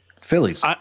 Phillies